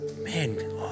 man